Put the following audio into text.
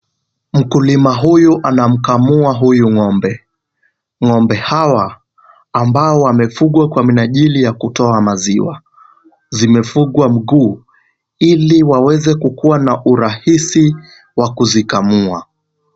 Mkulima huyu anamkamua huyu ng'ombe. Ng'ombe hawa ambao wamefungiwa kwa minajili ya kutoa maziwa zimefungwa mguu ili waweze kuwa na urahisi wa kuzikamua.